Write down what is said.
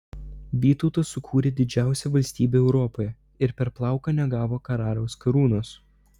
vytautas sukūrė didžiausią valstybę europoje ir per plauką negavo karaliaus karūnos